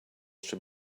should